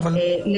זה